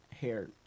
hair